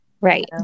Right